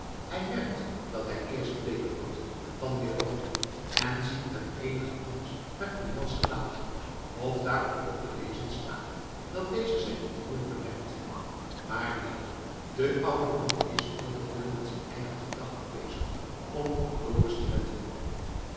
hij merkt dat hij eerst bleek wordt en dan weer rood en ziet met eenigen angst naar tournels gelaat of daarop ook te lezen staat dat deze zijn ontroering bemerkt maar neen de oude man is veel te veel met zijn eigen gedachten bezig om op dorus te letten